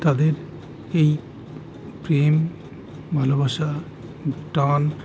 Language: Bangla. তাদের এই প্রেম ভালোবাসা টান